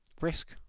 Risk